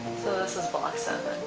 so this is block so